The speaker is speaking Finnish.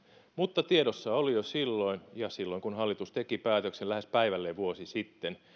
mutta tiedossa oli jo silloin ja silloin kun hallitus teki päätöksen lähes päivälleen vuosi sitten